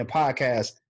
podcast